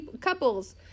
couples